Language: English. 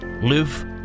live